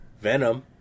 Venom